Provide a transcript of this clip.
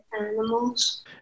animals